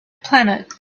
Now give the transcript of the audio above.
planet